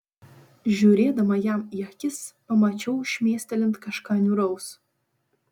žiūrėdama jam į akis pamačiau šmėstelint kažką niūraus